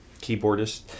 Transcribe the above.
keyboardist